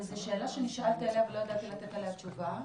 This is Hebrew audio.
וזו שאלה שנשאלתי עליה ולא ידעתי לתת עליה תשובה,